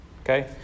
Okay